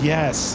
Yes